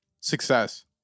success